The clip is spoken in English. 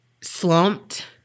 slumped